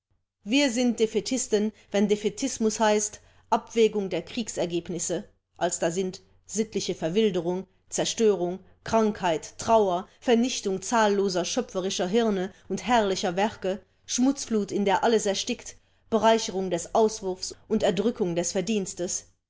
wir sind defaitisten wenn defaitismus heißt abwägung der kriegsergebnisse als da sind sittliche verwilderung zerstörung krankheit trauer vernichtung zahlloser schöpferischer hirne und herrlicher werke schmutzflut in der alles erstickt bereicherung des auswurfs und erdrückung des verdienstes